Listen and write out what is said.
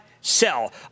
Sell